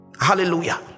hallelujah